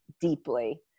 deeply